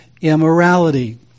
immorality